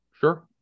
Sure